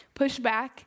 pushback